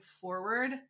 forward